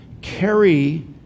carry